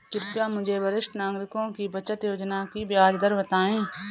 कृपया मुझे वरिष्ठ नागरिकों की बचत योजना की ब्याज दर बताएं